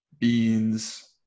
beans